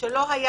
שלא היה